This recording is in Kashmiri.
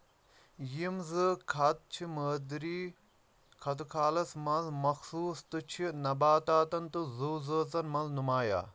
یمِ زٕ خط چھِ مٲدی خطٕ كھالس منٛز مخصوٗص تہٕ چھِ نباتاتن تہٕ زوٗ زٲژن منٛزنُمایا